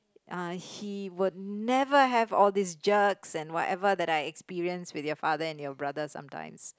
uh he would never have all these jerks and whatever that I had experienced with your father and your brother sometimes